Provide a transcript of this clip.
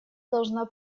должна